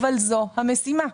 אבל זו המשימה,